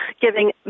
giving